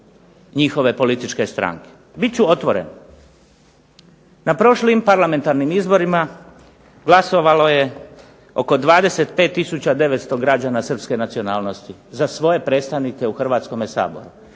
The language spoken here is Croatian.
njihove političke stranke, biti ću otvoren. Na prošlim parlamentarnim izborima glasalo je oko 25 900 građana Srpske nacionalnosti za svoje predstavnike u Hrvatskom saboru.